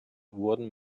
wurden